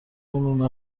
اونو